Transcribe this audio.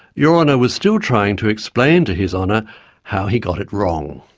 your honour was still trying to explain to his honour how he got it wrong.